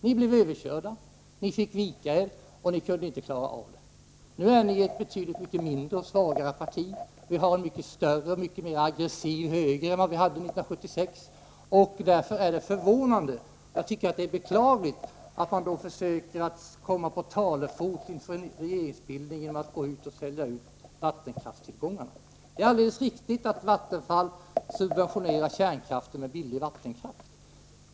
Ni blev överkörda, ni fick vika er och ni kunde inte klara av det hela. Nu är centerpartiet ett betydligt mindre och svagare parti, och vi har en mycket större och mera aggressiv höger än vi hade 1976. Därför är det förvånande och beklagligt att centern försöker komma på talefot inför en regeringsbildning genom att gå ut med förslag om att sälja vattenkraftstillgångarna. Det är alldeles riktigt att Vattenfall subventionerar kärnkraften med billig vattenkraft.